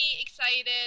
excited